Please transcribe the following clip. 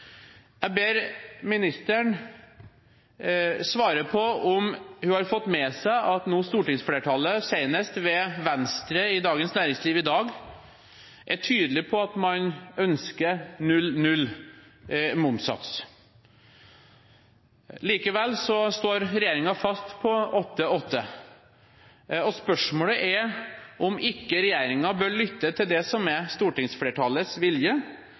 Jeg ber ministeren svare på om hun har fått med seg at stortingsflertallet nå, senest ved Venstre i Dagens Næringsliv i dag, er tydelig på at man ønsker momssats på 0–0. Likevel står regjeringen fast på 8–8. Spørsmålet er om ikke regjeringen bør lytte til det som er stortingsflertallets vilje